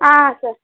ಹಾಂ ಹಾಂ ಸರ್